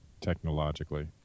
technologically